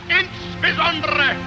insbesondere